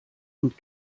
und